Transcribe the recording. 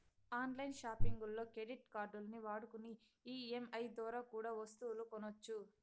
on line సాపింగుల్లో credit కార్డుల్ని వాడుకొని ఈ.ఎం.ఐ దోరా కూడా ఒస్తువులు కొనొచ్చు